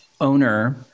owner